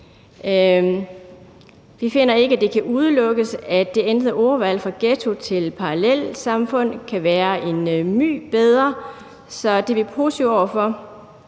Vi finder ikke, at det kan udelukkes, at det ændrede ordvalg fra ghetto til parallelsamfund kan være en my bedre, så det er vi positive over for.